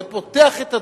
זה פותח את הדלת.